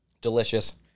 Delicious